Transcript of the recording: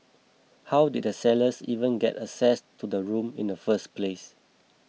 how did the sellers even get access to the room in the first place